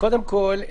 קודם כל,